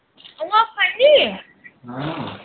आऊं आक्खा नी